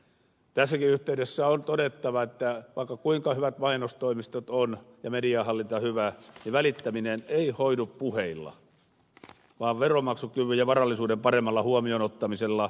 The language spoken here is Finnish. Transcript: tässäkin yhteydessä on todettava että vaikka kuinka hyvät mainostoimistot on ja mediahallinta hyvä niin välittäminen ei hoidu puheilla vaan veronmaksukyvyn ja varallisuuden paremmalla huomioon ottamisella